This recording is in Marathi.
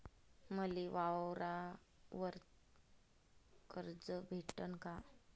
मले वावरावर कर्ज भेटन का?